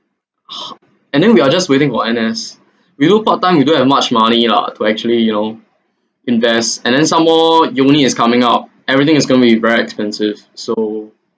and then we are just waiting for N_S we do part time we don't have much money lah to actually you know invest and then some more uni is coming out everything is going be quite expensive so